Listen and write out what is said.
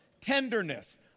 tenderness